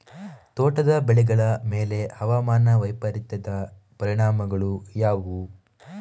ತೋಟದ ಬೆಳೆಗಳ ಮೇಲೆ ಹವಾಮಾನ ವೈಪರೀತ್ಯದ ಪರಿಣಾಮಗಳು ಯಾವುವು?